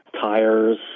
tires